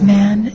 man